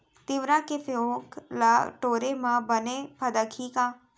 तिंवरा के फोंक ल टोरे म बने फदकही का?